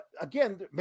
again